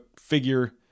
figure